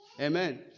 Amen